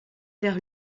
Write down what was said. vers